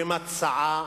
במצעה